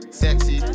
sexy